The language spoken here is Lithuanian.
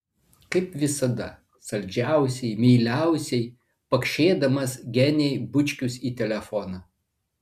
kaip visada saldžiausiai meiliausiai pakšėdamas genei bučkius į telefoną